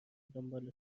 دنبالتون